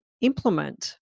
implement